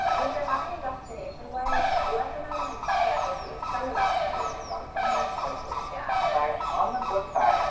and if you're having a destination wedding, we recommend like asap send them out. it's true, you've got to send those quickly. yeah but, on the flip side,